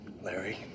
Larry